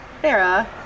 Sarah